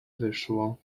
wyszło